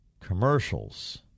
commercials